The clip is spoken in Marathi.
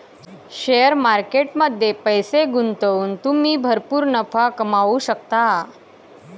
शेअर मार्केट मध्ये पैसे गुंतवून तुम्ही भरपूर नफा कमवू शकता